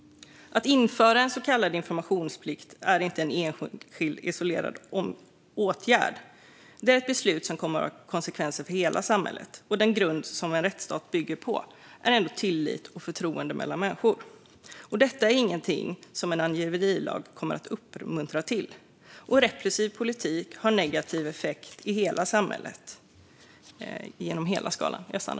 Att införa en så kallad informationsplikt är inte en enskild, isolerad åtgärd. Det är ett beslut som kommer att få konsekvenser för hela samhället. Den grund som en rättsstat bygger på är ändå tillit och förtroende mellan människor. Det är inget som en angiverilag kommer att uppmuntra till. Repressiv politik får negativ effekt i hela samhället, över hela skalan.